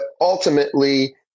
ultimately